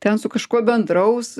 ten su kažkuo bendraus